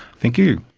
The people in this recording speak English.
thank you.